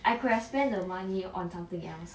I could have spend the money on something else